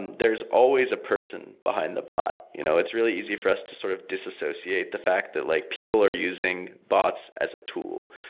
and there's always a person behind the bot. you know it's really for us to sort of disassociate the fact that like people are using bots as a tool.